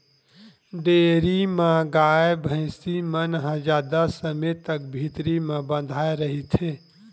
dairy म गाय, भइसी मन ह जादा समे तक भीतरी म बंधाए रहिथे